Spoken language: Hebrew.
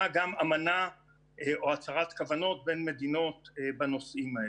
גם אמנה או הצהרת כוונות בין מדינות בנושאים האלה.